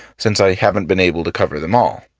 since i haven't been able to cover them all.